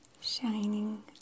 shining